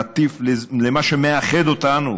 נטיף למה שמאחד אותנו